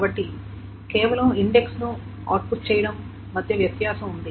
కాబట్టి కేవలం ఇండెక్స్ ను అవుట్పుట్ చేయడం మధ్య వ్యత్యాసం ఉంది